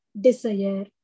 desire